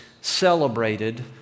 celebrated